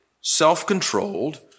self-controlled